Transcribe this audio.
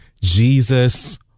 Jesus